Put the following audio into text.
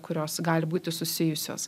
kurios gali būti susijusios